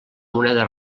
moneda